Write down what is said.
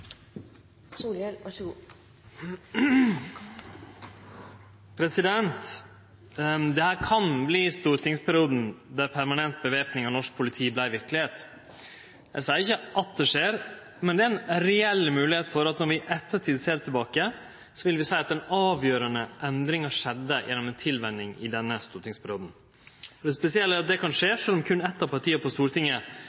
kan verte den stortingsperioden då permanent væpning av norsk politi vart verkelegheit. Eg seier ikkje at det skjer, men det er ei reell moglegheit for at når vi i ettertid ser tilbake, vil vi seie at den avgjerande endringa skjedde gjennom ei tilvenning i denne stortingsperioden. Det spesielle er at det kan skje, sjølv om berre eitt av partia på Stortinget